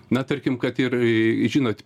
na tarkim kad ir žinot